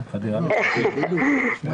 למטפלות אין עבודה.